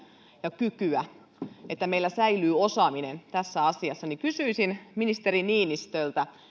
ja kykyä että meillä säilyy osaaminen tässä asiassa kysyisin ministeri niinistöltä